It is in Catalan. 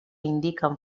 indiquen